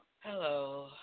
Hello